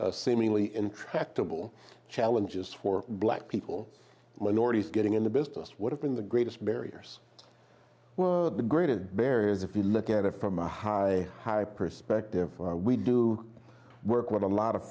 how seemingly intractable challenges for black people minorities getting in the business what have been the greatest barriers well graded barriers if you look at it from a high high perspective we do work with a lot of